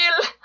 ill